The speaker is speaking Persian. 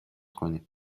کنیم